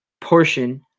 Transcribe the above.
portion